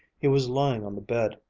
he was lying on the bed,